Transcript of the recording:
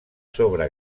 sobre